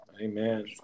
Amen